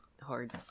hard